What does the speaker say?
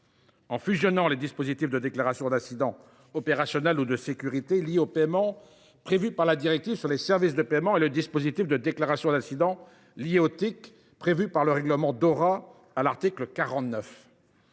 en fusionnant les dispositifs de déclaration d’incidents opérationnels ou de sécurité liés au paiement, prévus par la directive sur les services de paiement, et le dispositif de déclaration d’incidents liés aux TIC, prévu par le règlement Dora ; à l’article 43